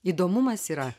įdomumas yra